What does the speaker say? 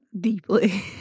Deeply